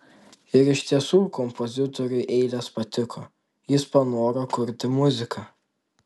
ir iš tiesų kompozitoriui eilės patiko jis panoro kurti muziką